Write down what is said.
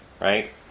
right